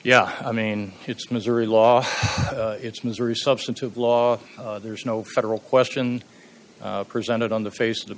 yeah i mean it's missouri law it's missouri substantive law there's no federal question presented on the face of the